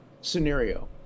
scenario